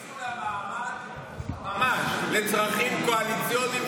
זה ניצול המעמד ממש לצרכים קואליציוניים,